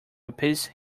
appease